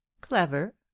clever